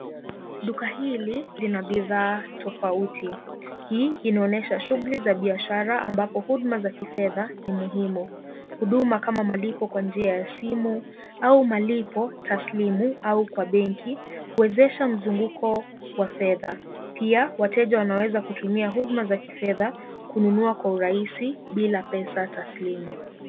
Duka hili lina bidhaa tofauti. Hii inaonyesha shughuli za biashara ambapo huduma za kifedha ni muhimu. Huduma kama malipo kwa njia ya simu au malipo taslimu au kwa benki, huwezesha mzunguko wa fedha. Pia wateja wanaweza kutumia huduma za kifedha kununua kwa urahisi bila pesa taslimu.